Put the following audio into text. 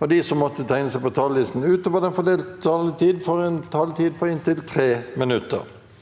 og de som måtte tegne seg på talerlisten utover den fordelte taletid, får en taletid på inntil 3 minutter.